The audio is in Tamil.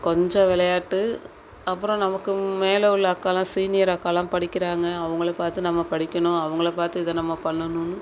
கொஞ்சம் விளையாட்டு அப்புறம் நமக்கு மேலே உள்ள அக்காலாம் சீனியர் அக்காலாம் படிக்கிறாங்க அவங்கள பார்த்து நம்ம படிக்கணும் அவங்கள பார்த்து இதை நம்ம பண்ணணும்ன்னு